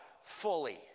fully